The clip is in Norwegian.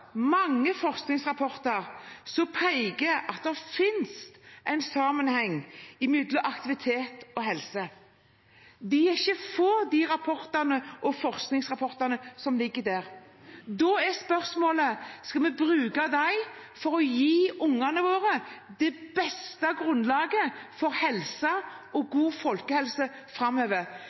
mange forskningsrapporter som peker på at det finnes en sammenheng mellom aktivitet og helse. De er ikke få, de rapportene og forskningsrapportene som foreligger om det. Da er spørsmålet: Skal vi bruke dem for å gi ungene våre det beste grunnlaget for helse og god folkehelse framover?